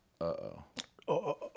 Uh-oh